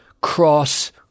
cross